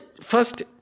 first